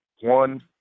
one